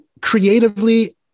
creatively